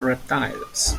reptiles